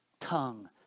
tongue